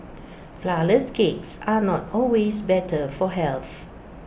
Flourless Cakes are not always better for health